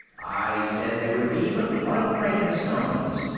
i said there would be but one rain of stones.